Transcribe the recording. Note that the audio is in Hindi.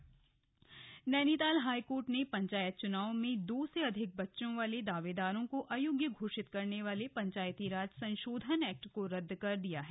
हाईकोर्ट पंचायत चुनाव नैनीताल हाईकोर्ट ने पंचायत चुनाव में दो से अधिक बच्चों वाले दावेदारों को अयोग्य घोषित करने वाले पंचायती राज संशोधन एक्ट को रद्द कर दिया है